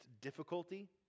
difficulty